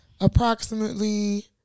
approximately